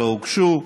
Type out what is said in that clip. לא הוגשו,